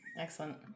Excellent